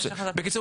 בקיצור,